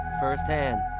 firsthand